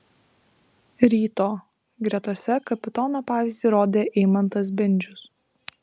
ryto gretose kapitono pavyzdį rodė eimantas bendžius